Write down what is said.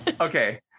Okay